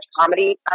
Comedy